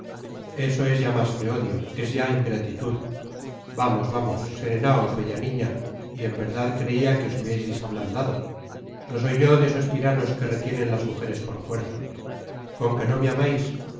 eso es ya mas que odio es ya ingratitud vamos vamos serenaos bella niña y en verdad creia que o hubieseis ablandado no soy yo de esos tiranos que retienen las mujeres por fuerza con qué no me amais